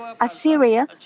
Assyria